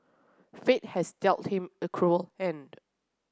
fate has dealt him a cruel hand